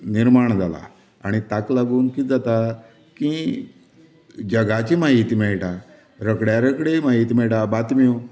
निर्माण जाला आनी ताका लागून कितें जाता की जगाची म्हायती मेळटा रोखड्या रोखडी म्हायती मेळटा बातम्यो